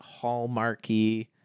hallmarky